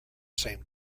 same